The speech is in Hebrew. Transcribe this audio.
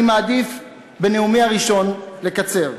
אני מעדיף בנאומי הראשון לקצר.